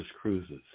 Cruises